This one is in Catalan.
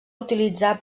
utilitzar